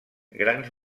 grans